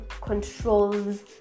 controls